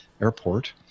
Airport